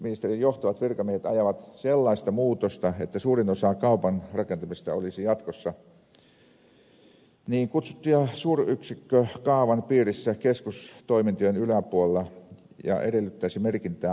ympäristöministeriön johtavat virkamiehet ajavat sellaista muutosta että suurin osa kaupan rakentamisesta olisi jatkossa niin kutsutun suuryksikkökaavan piirissä keskustoimintojen yläpuolella ja edellyttäisi merkintää maakuntakaavaan